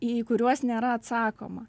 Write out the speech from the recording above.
į kuriuos nėra atsakoma